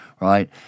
right